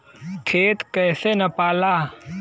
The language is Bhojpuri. खेत कैसे नपाला?